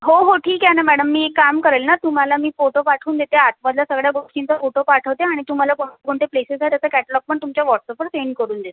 हो हो ठीक आहे ना मॅडम मी एक काम करेल ना तुम्हाला मी फोटो पाठवून देते आतमधल्या सगळ्या गोष्टींचा फोटो पाठवते आणि तुम्हाला कोण कोणते प्लेसेस आहेत त्याचा कॅटलॉग पण तुमच्या व्हॉटसअपवर सेन्ड करून देते